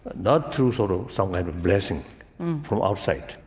not through sort of some kind of blessing from outside,